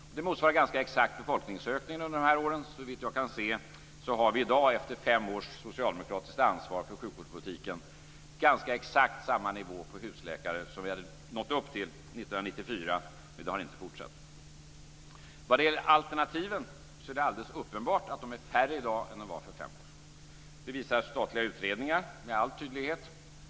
Det motsvarar ganska exakt befolkningsökningen under de här åren. Såvitt jag kan se har vi i dag, efter fem års socialdemokratiskt ansvar för sjukvårdspolitiken, ganska exakt samma nivå på husläkare som vi hade nått upp till 1994, men ökningen har inte fortsatt. När det gäller alternativen är det alldeles uppenbart att de är färre i dag än de var för fem år sedan. Det visar statliga utredningar med all tydlighet.